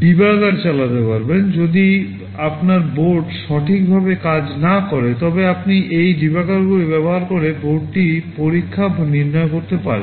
ব্যবহার করে বোর্ডটি পরীক্ষা বা নির্ণয় করতে পারেন